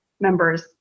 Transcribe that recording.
members